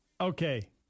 Okay